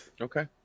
Okay